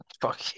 Fuck